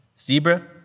Zebra